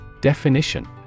Definition